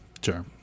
Sure